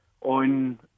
on